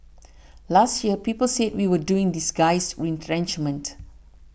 last year people said we were doing disguised retrenchment